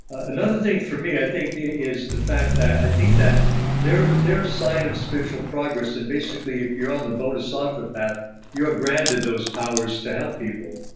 another thing for me, i think is the fact that i think that there's sign of spiritual progress and basically if you're on the but sort of path. you're granted those powers to help people,